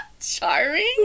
Charming